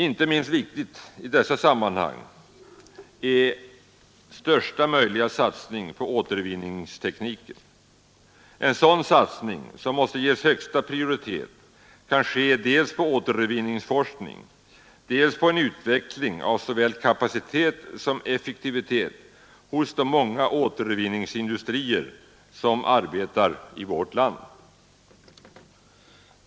Inte minst viktigt i dessa sammanhang är största möjliga satsning på återvinningstekniken. En sådan satsning, som måste ges högsta prioritet, kan göras dels på återvinningsforskning, dels på en utveckling av såväl kapacitet som effektivitet hos de många återvinningsindustrier, flertalet småföretag, som arbetar i vårt land.